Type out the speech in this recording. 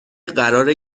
قراره